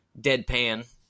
deadpan